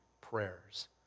prayers